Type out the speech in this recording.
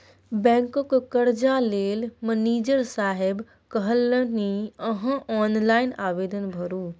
बैंकक कर्जा लेल मनिजर साहेब कहलनि अहॅँ ऑनलाइन आवेदन भरू